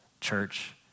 church